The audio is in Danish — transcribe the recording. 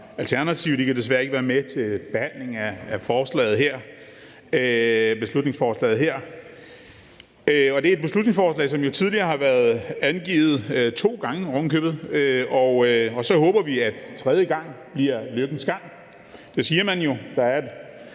Alternativet, der desværre ikke kan være med til behandlingen af beslutningsforslaget her. Det er et beslutningsforslag, som er blevet fremsat to gange tidligere, så vi håber, at tredje gang bliver lykkens gang – det siger man jo